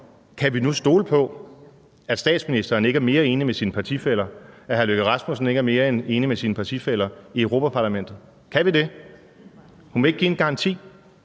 Kan vi nu stole på, at statsministeren ikke er mere enig med sine partifæller, at udenrigsministeren ikke er mere enig med sine partifæller i Europa-Parlamentet? Kan vi det? Kunne man ikke give en garanti?